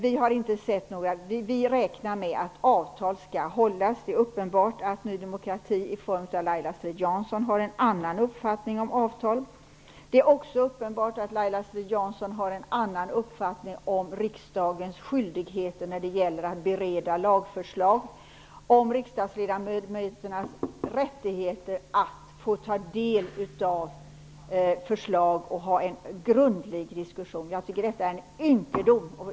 Vi räknar med att avtal skall hållas. Det är uppenbart att Ny demokrati i form av Laila Strid Jansson har en annan uppfattning om avtal. Det är också uppenbart att Laila Strid-Jansson har en annan uppfattning om riksdagens skyldigheter när det gäller att bereda lagförslag, om riksdagsledamöternas rättigheter att få ta del av förslag och att få en grundlig diskussion. Jag tycker att detta är en ynkedom.